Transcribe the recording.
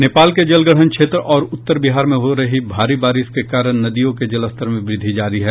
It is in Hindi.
नेपाल के जलग्रहण क्षेत्र और उत्तर बिहार में हो रही बारिश के कारण नदियों के जलस्तर में वृद्धि जारी है